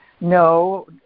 No